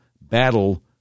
battle